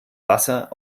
wasser